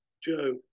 Joe